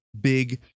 big